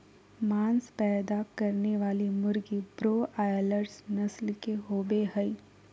मांस पैदा करने वाली मुर्गी ब्रोआयालर्स नस्ल के होबे हइ